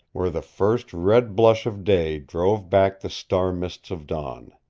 where the first red blush of day drove back the star-mists of dawn.